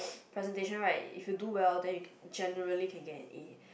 presentation right if you do well then you generally can get an A